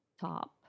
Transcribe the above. top